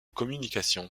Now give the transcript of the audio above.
communication